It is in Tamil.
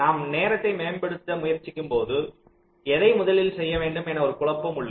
நாம் நேரத்தை மேம்படுத்த முயற்சிக்கும் போது எதை முதலில் செய்ய வேண்டும் என ஒரு குழப்பம் உள்ளது